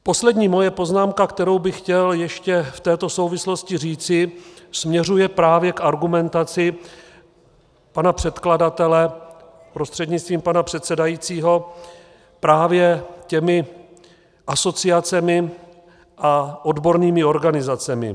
Poslední moje poznámka, kterou bych chtěl ještě v této souvislosti říci, směřuje právě k argumentaci pana předkladatele prostřednictvím pana předsedajícího právě těmi asociacemi a odbornými organizacemi.